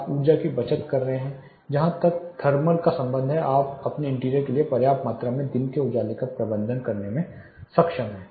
आप ऊर्जा की बचत कर रहे हैं जहां तक थर्मल का संबंध है आप अपने इंटीरियर के लिए पर्याप्त मात्रा में दिन के उजाले का प्रबंधन करने में सक्षम हैं